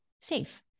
safe